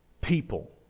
people